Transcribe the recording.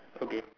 okay